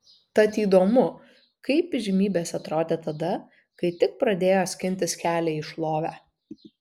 tad įdomu kaip įžymybės atrodė tada kai tik pradėjo skintis kelią į šlovę